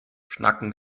schnacken